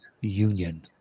Union